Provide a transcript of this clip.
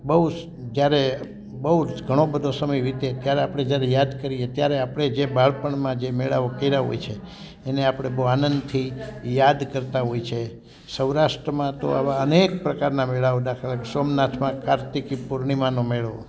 બહુજ જ્યારે બહુજ ઘણોબધો સમય વીતે ત્યારે આપણે જ્યારે યાદ કરીએ ત્યારે આપણે જે બાળપણમાં જે મેળાઓ કર્યા હોય છે એને આપણે બહુ આનંદથી યાદ કરતાં હોય છે સૌરાષ્ટ્રમાં તો આવા અનેક પ્રકારના મેળાઓ દાખલા સોમનાથમાં કાર્તિકી પૂર્ણિમાનો મેળો